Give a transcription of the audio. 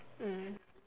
mm